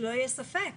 שלא יהיה ספק בכך.